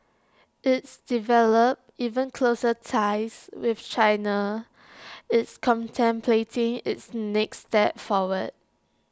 it's developed even closer ties with China it's contemplating its next steps forward